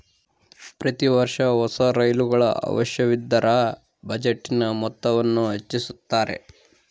ಪ್ರತಿ ವರ್ಷ ಹೊಸ ರೈಲುಗಳ ಅವಶ್ಯವಿದ್ದರ ಬಜೆಟಿನ ಮೊತ್ತವನ್ನು ಹೆಚ್ಚಿಸುತ್ತಾರೆ